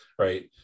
Right